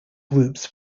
groups